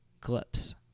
clips